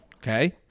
Okay